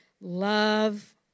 Love